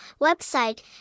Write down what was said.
website